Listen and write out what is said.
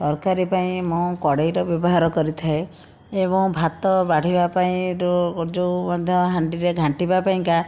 ତରକାରୀ ପାଇଁ ମୁଁ କଡ଼େଇର ବ୍ୟବହାର କରିଥାଏ ଏବଂ ଭାତ ବଢ଼ିବା ପାଇଁ ଯେଉଁ ମଧ୍ୟ ହାଣ୍ଡିରେ ଘାଣ୍ଟିବା ପାଇଁକା